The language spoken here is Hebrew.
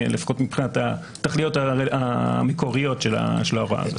לפחות מבחינת התכליות המקוריות של ההוראה הזאת.